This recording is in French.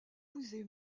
musée